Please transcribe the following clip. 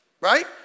Right